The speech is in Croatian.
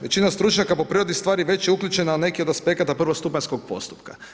Većina stručnjaka po prirodi stvari već je uključena u neki od aspekta prvostupanjskog postupka.